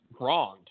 Wronged